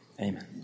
amen